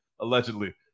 allegedly